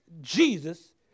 Jesus